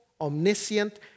omniscient